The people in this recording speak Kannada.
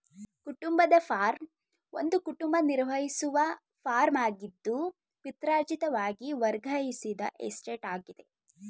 ಕುಟುಂಬದ ಫಾರ್ಮ್ ಒಂದು ಕುಟುಂಬ ನಿರ್ವಹಿಸುವ ಫಾರ್ಮಾಗಿದ್ದು ಪಿತ್ರಾರ್ಜಿತವಾಗಿ ವರ್ಗಾಯಿಸಿದ ಎಸ್ಟೇಟಾಗಿದೆ